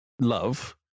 love